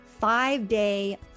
five-day